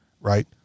right